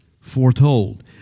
Foretold